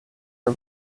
are